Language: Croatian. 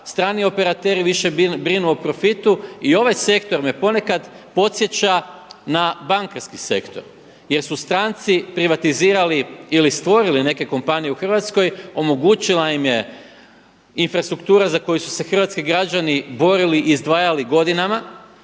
strani operateri više brinu o profitu. I ovaj sektor me ponekad podsjeća na bankarski sektor jer su stranci privatizirali ili stvorili neke kompanije u Hrvatskoj, omogućila im je infrastruktura za koju su se hrvatski građani borili i izdvajali godinama.